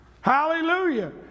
Hallelujah